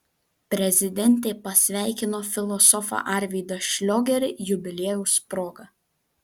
prezidentė pasveikino filosofą arvydą šliogerį jubiliejaus proga